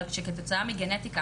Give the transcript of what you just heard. אבל שכתוצאה מגנטיקה,